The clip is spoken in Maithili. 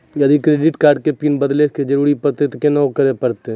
यदि क्रेडिट कार्ड के पिन बदले के जरूरी परतै ते की करे परतै?